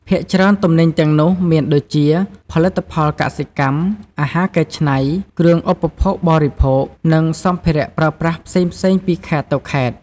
ភាគច្រើនទំនិញទាំងនោះមានដូចជា ផលិតផលកសិកម្ម អាហារកែច្នៃ គ្រឿងឧបភោគបរិភោគ និងសម្ភារប្រើប្រាស់ផ្សេងៗពីខេត្តទៅខេត្ត។